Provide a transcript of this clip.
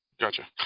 Gotcha